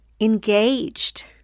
engaged